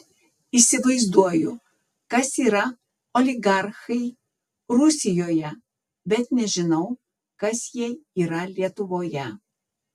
įsivaizduoju kas yra oligarchai rusijoje bet nežinau kas jie yra lietuvoje